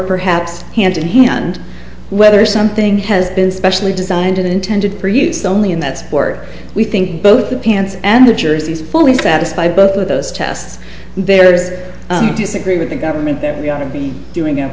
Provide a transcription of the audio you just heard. perhaps hand in hand whether something has been specially designed intended for use only in that sport we think both the pants and the jerseys fully satisfy both of those tests there's you disagree with the government that we ought to be doing a